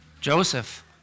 Joseph